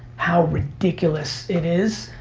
how ridiculous it is,